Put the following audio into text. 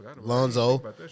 Lonzo